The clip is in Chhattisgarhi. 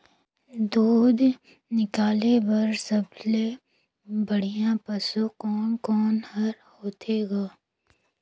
दूध निकाले बर सबले बढ़िया पशु कोन कोन हर होथे ग?